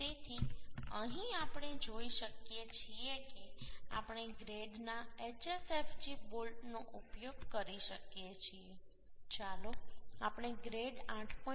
તેથી અહીં આપણે જોઈ શકીએ છીએ કે આપણે ગ્રેડના HSFG બોલ્ટનો ઉપયોગ કરી શકીએ છીએ ચાલો આપણે ગ્રેડ 8